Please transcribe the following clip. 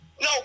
no